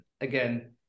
again